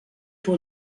pour